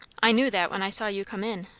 i knew that when i saw you come in,